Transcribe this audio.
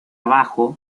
bajo